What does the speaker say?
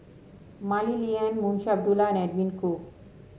Mah Li Lian Munshi Abdullah and Edwin Koo